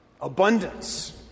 Abundance